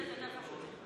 יש דברים קצת יותר חשובים.